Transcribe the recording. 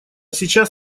сейчас